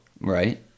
Right